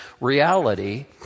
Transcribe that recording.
reality